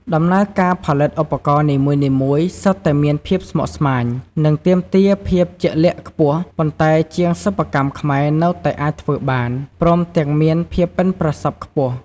ដំណើរការផលិតឧបករណ៍នីមួយៗសុទ្ធតែមានភាពស្មុគស្មាញ និងទាមទារភាពជាក់លាក់ខ្ពស់ ប៉ុន្តែជាងសិប្បកម្មខ្មែរនៅតែអាចធ្វើបាន ព្រមទាំងមានភាពបុិនប្រសប់ខ្ពស់។